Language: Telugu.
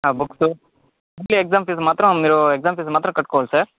ఆ బుక్స్ స్కూల్ ఎగ్జాం ఫీజు మాత్రం మీరు ఎగ్జాం ఫీజు మాత్రం మీరు కట్టుకోవాలి సార్